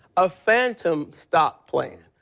a phantom stop plane.